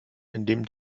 indem